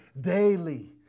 daily